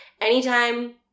anytime